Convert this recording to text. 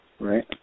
Right